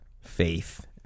faith